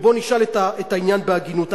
ובואו נשאל את העניין בהגינות.